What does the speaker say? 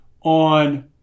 on